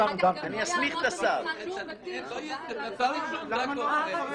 מוצר עישון יכלול גם את